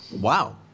wow